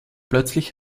plötzlich